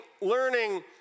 learning